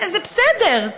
זה בסדר,